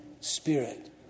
Spirit